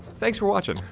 thanks for watching.